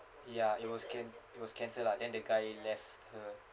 ya it was can~ it was cancelled lah then the guy left her